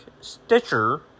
Stitcher